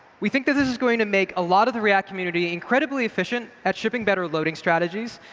we think that this is going to make a lot of the react community incredibly efficient at shipping better loading strategies,